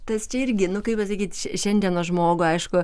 tas čia irgi nu ką pasakyt šia šiandienos žmogui aišku